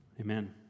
Amen